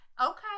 Okay